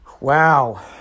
Wow